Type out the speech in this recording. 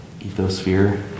ethosphere